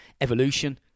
evolution